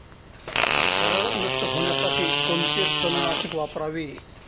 हरळ नष्ट होण्यासाठी कोणते तणनाशक वापरावे?